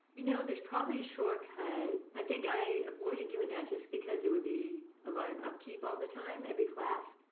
know, there's probably a shortcut. i think i avoided doing that, just because it would be a lot of upkeep all the time, every class.